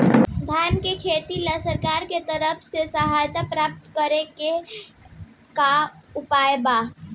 धान के खेती ला सरकार के तरफ से सहायता प्राप्त करें के का उपाय बा?